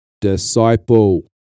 disciple